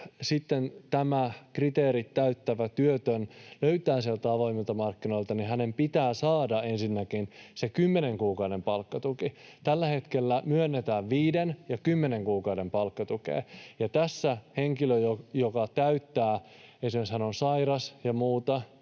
Jos sitten tämä kriteerit täyttävä työtön löytää sieltä avoimilta markkinoilta työtä, niin hänen pitää saada ensinnäkin se kymmenen kuukauden palkkatuki. Tällä hetkellä myönnetään viiden ja kymmenen kuukauden palkkatukea. Tässä henkilö, joka täyttää kriteerit, on esimerkiksi sairas ja muuta,